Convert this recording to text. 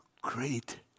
great